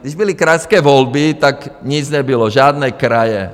Když byly krajské volby, tak nic nebylo, žádné kraje.